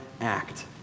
act